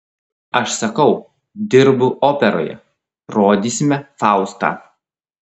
aš sakau dirbu operoje rodysime faustą